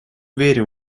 верим